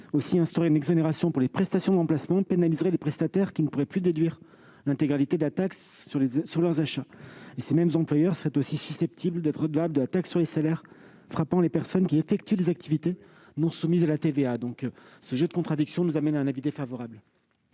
outre, instaurer une exonération pour les prestations de remplacement pénaliserait les prestataires qui ne pourraient plus déduire l'intégralité de la taxe sur leurs achats. Ces mêmes employeurs seraient aussi susceptibles d'être redevables de la taxe sur les salaires frappant les personnes qui effectuent des activités non soumises à la TVA. Ce jeu de contradictions conduit le